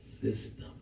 system